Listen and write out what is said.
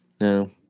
No